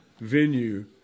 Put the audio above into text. venue